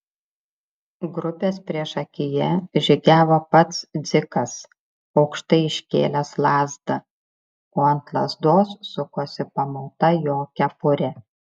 grupės priešakyje žygiavo pats dzikas aukštai iškėlęs lazdą o ant lazdos sukosi pamauta jo kepurė